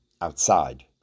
outside